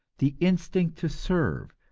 the instinct to serve,